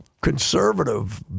conservative